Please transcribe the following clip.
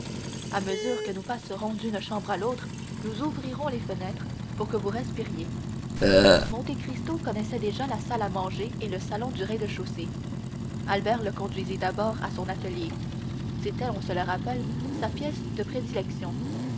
à mesure que nous passerons d'une chambre à l'autre nous ouvrirons les fenêtres pour que vous respiriez monte cristo connaissait déjà la salle à manger et le salon du rez-de-chaussée albert le conduisit d'abord à son atelier c'était on se le rappelle sa pièce de prédilection